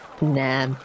Nah